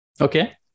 Okay